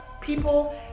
people